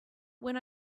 when